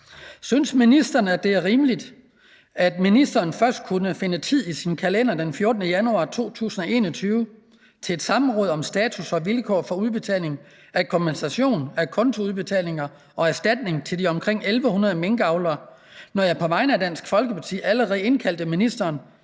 Synes ministeren, at det er rimeligt, at ministeren først kunne finde tid i sin kalender den 14. januar 2021 til et samråd om status og vilkår for udbetaling af kompensation, acontoudbetaling og erstatning til de omkring 1.100 minkavlere, når jeg på vegne af Dansk Folkeparti allerede indkaldte ministeren